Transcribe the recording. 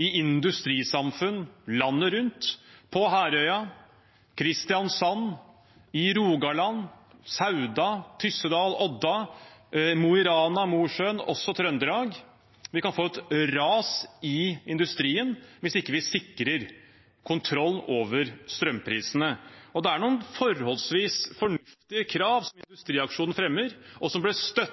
i industrisamfunn landet rundt – på Herøya, i Kristiansand, i Rogaland, i Sauda, i Tyssedal, i Odda, i Mo i Rana, i Mosjøen og i Trøndelag. Vi kan få et ras i industrien hvis vi ikke sikrer kontroll over strømprisene. Det er noen forholdsvis fornuftige krav som Industriaksjonen fremmer, og som ble